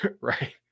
right